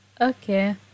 okay